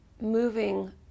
moving